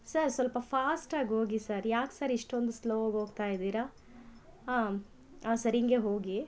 sir ಸ್ವಲ್ಪ ಫಾಷ್ಟಾಗಿ ಹೋಗಿ ಸರ್ ಯಾಕೆ ಸರ್ ಇಷ್ಟೊಂದು ಸ್ಲೋವಾಗಿ ಹೋಗ್ತಾಯಿದಿರ ಹಾಂ ಸರ್ ಹಿಂಗೆ ಹೋಗಿ